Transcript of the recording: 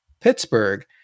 Pittsburgh